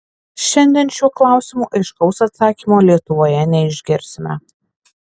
šiandien šiuo klausimu aiškaus atsakymo lietuvoje neišgirsime